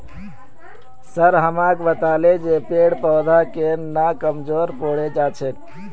sir हमाक बताले जे पेड़ पौधा केन न कमजोर पोरे जा छेक